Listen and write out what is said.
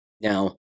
Now